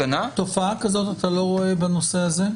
תופעה כזאת אתה לא רואה בנושא הזה?